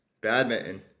Badminton